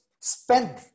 spend